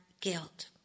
guilt